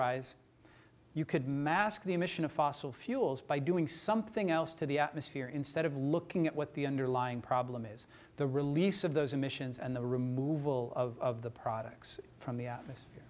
rise you could mask the emission of fossil fuels by doing something else to the atmosphere instead of looking at what the underlying problem is the release of those emissions and the removal of the products from the atmosphere